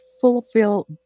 fulfill